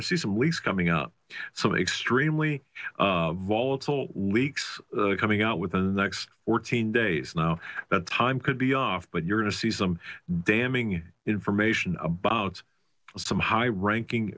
you're see some leaks coming up some extremely volatile leaks coming out within the next fourteen days now that time could be off but you're going to see some damning information about some high ranking